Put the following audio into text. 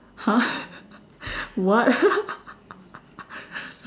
!huh! what